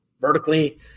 vertically